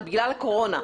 זה בגלל הקורונה.